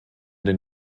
den